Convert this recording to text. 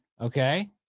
okay